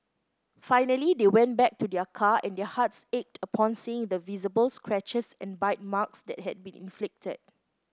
finally they went back to their car and their hearts ached upon seeing the visible scratches and bite marks that had been inflicted